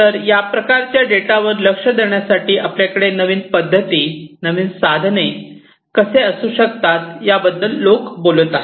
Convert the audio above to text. तर या प्रकारच्या डेटावर लक्ष देण्यासाठी आपल्याकडे नवीन पद्धती नवीन साधने कशी असू शकतात याबद्दल लोक बोलत आहेत